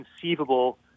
conceivable